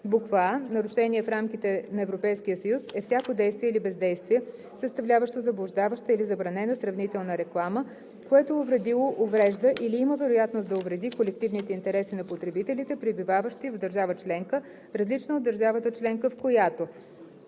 са: а) нарушение в рамките на Европейския съюз е всяко действие или бездействие, съставляващо заблуждаваща или забранена сравнителна реклама, което е увредило, уврежда или има вероятност да увреди колективните интереси на потребителите, пребиваващи в държава членка, различна от държавата членка, в която: